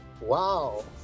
Wow